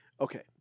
okay